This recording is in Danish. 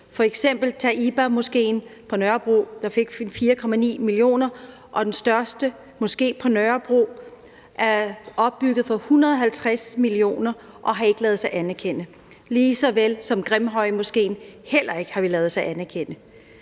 f.eks. Taibamoskeen på Nørrebro, der fik 4,9 mio. kr. Og den største moské på Nørrebro er opbygget for 150 mio. kr. og har ikke ladet sig anerkende, lige så vel som at Grimhøjmoskeen heller ikke har villet lade sig anerkende.